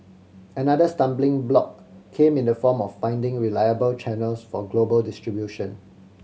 another stumbling block came in the form of finding reliable channels for global distribution